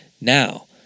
Now